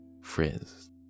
frizz